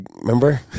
Remember